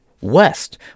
West